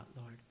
Lord